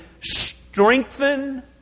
strengthen